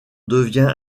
devient